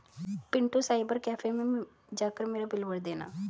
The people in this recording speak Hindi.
पिंटू साइबर कैफे मैं जाकर बिल भर देना